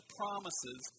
promises